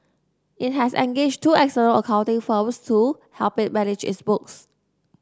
it has engaged two external accounting firms to help it manage its books